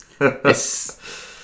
Yes